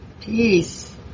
peace